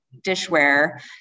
dishware